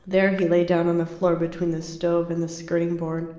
there he lay down on the floor between the stove and the skirting-board.